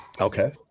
Okay